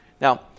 Now